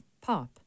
pop